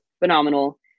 phenomenal